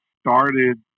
started